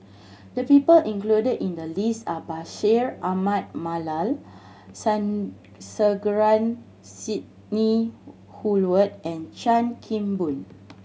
the people included in the list are Bashir Ahmad Mallal Sandrasegaran Sidney Woodhull and Chan Kim Boon